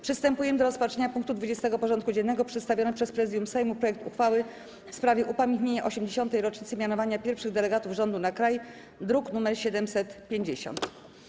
Przystępujemy do rozpatrzenia punktu 20. porządku dziennego: Przedstawiony przez Prezydium Sejmu projekt uchwały w sprawie upamiętnienia 80. rocznicy mianowania pierwszych delegatów rządu na kraj (druk nr 750)